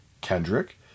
Kendrick